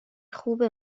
خوبه